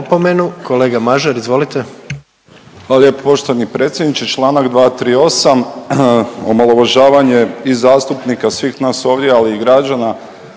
Kolega Mažar, izvolite.